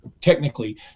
Technically